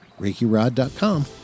ReikiRod.com